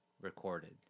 recorded